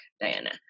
Diana